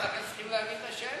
צריכים להכיר את השאלות.